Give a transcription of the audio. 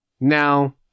now